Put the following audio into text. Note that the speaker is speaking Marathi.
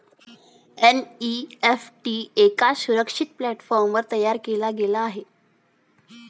एन.ई.एफ.टी एका सुरक्षित प्लॅटफॉर्मवर तयार केले गेले आहे